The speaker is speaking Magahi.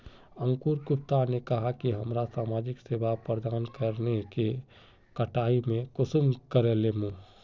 अंकूर गुप्ता ने कहाँ की हमरा समाजिक सेवा प्रदान करने के कटाई में कुंसम करे लेमु?